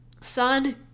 son